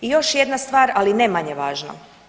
I još jedna stvar, ali ne manje važna.